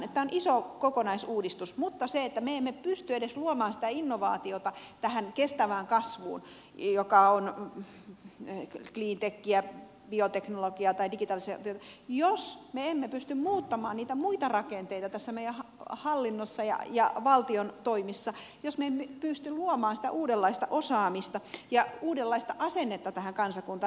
tämä on iso kokonaisuudistus mutta me emme pysty luomaan tähän kestävään kasvuun sitä innovaatiota joka on cleantechiä bioteknologiaa tai digitalisaatiota jos me emme pysty muuttamaan niitä muita rakenteita tässä meidän hallinnossa ja valtion toimissa jos me emme pysty luomaan sitä uudenlaista osaamista ja uudenlaista asennetta tähän kansakuntaan